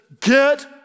get